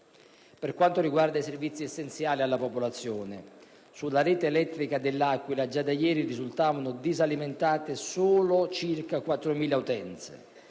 Per quanto riguarda i servizi essenziali alla popolazione, sulla rete elettrica dell'Aquila già da ieri risultavano disalimentate solo circa 4.000 utenze,